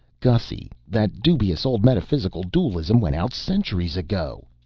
gussy, that dubious old metaphysical dualism went out centuries ago.